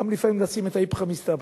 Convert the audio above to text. גם לפעמים לשים את האיפכא מסתברא.